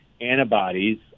antibodies